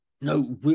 No